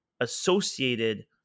associated